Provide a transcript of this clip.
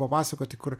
papasakoti kur